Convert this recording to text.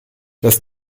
das